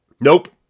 Nope